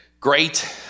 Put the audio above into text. great